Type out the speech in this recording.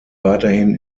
weiterhin